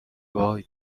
وای